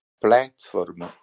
platform